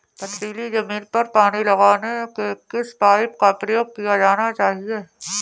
पथरीली ज़मीन पर पानी लगाने के किस पाइप का प्रयोग किया जाना चाहिए?